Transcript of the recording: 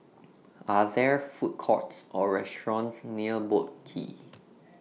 Are There Food Courts Or restaurants near Boat Quay